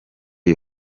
iyi